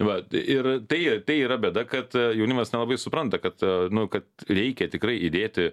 vat ir tai tai yra bėda kad jaunimas nelabai supranta kad nu kad reikia tikrai įdėti